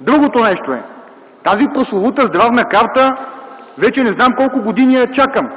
Другото нещо е – тази прословута Здравна карта, вече не знам колко години я чакаме.